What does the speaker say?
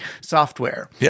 software